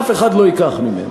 אף אחד לא ייקח ממנו.